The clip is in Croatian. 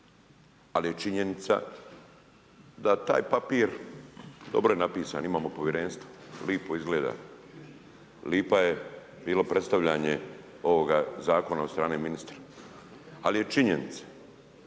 ali je činjenica da taj papir dobro je napisan, imamo povjerenstvo, lipo izgleda, lipa je, bilo predstavljanje ovoga zakon od strane ministra. Ali, je činjenica,